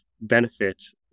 benefits